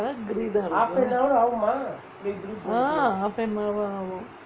ah half an hour ஆகும்:aagum